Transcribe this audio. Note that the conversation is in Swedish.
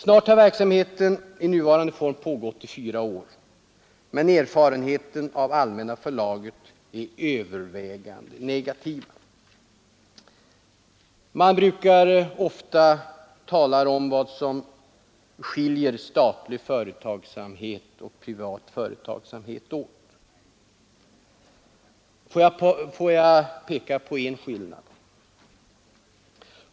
Snart har verksamheten i sin nuvarande form pågått i fyra år, men erfarenheterna av Allmänna förlaget är övervägande negativa. Man talar ofta om vad som skiljer statlig och privat företagsamhet åt. Får jag peka på ett par skillnader.